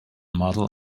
model